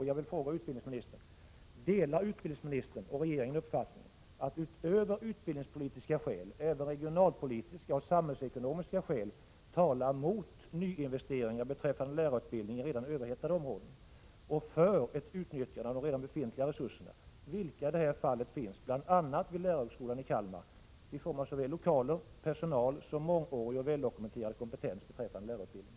Jag vill fråga utbildningsministern: Delar utbildningsministern och regeringen uppfattningen, att utöver utbildningspolitiska skäl även regionalpolitiska och samhällsekonomiska skäl talar mot nyinvesteringar beträffande lärarutbildningen i redan överhettade områden och för ett utnyttjande av redan befintliga resurser, vilka i det här fallet finns bl.a. vid lärarhögskolan i Kalmar, i form av såväl lokaler och personal som mångårig och väldokumenterad kompetens beträffande lärarutbildning?